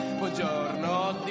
buongiorno